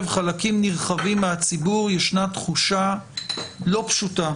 חלקים נרחבים מהציבור ישנה תחושה לא פשוטה